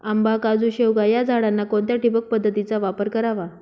आंबा, काजू, शेवगा या झाडांना कोणत्या ठिबक पद्धतीचा वापर करावा?